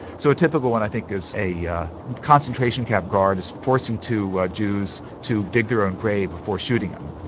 so a typical one i think is a yeah concentration camp guard is forcing two jews to dig their own grave before shooting them.